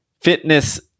fitness